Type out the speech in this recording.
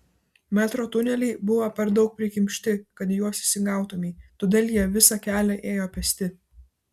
metro tuneliai buvo per daug prikimšti kad į juos įsigautumei todėl jie visą kelią ėjo pėsti